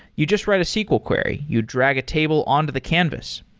you just write a sql query. you drag a table on to the canvas.